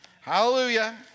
Hallelujah